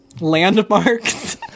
landmarks